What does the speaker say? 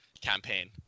campaign